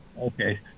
Okay